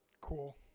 cool